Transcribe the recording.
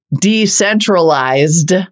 decentralized